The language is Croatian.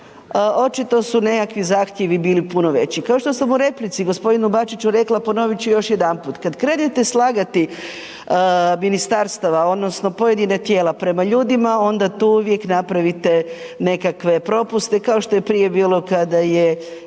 očito su nekakvi zahtjevi bili puno veći. Kao što sam u replici gospodinu Bačiću rekla, ponovit ću još jedanput, kad krenete slagati ministarstva odnosno pojedina tijela prema ljudima onda tu uvijek napravite nekakve propuste kao što je prije bilo kada je